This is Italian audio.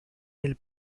nel